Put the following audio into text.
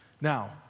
Now